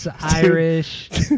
Irish